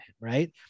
right